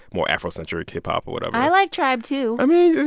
more afro-centric hip-hop or whatever i like tribe, too i mean,